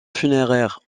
funéraire